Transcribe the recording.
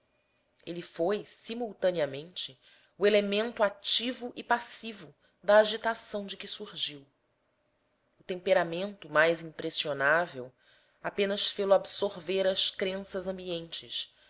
ele foi simultaneamente o elemento ativo e passivo da agitação de que surgiu o temperamento mais impressionável apenas fê-lo absorver as crenças ambientes